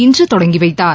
இன்று தொடங்கி வைத்தார்